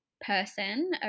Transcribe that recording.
person